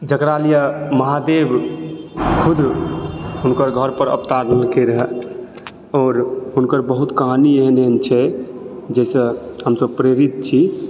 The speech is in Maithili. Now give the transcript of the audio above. जकरा लिए महादेव खुद हुनकर घर पर अवतार लेलकै रहऽ आओर हुनकर बहुत कहानी एहन एहन छै जहिसँ हमसब प्रेरित छी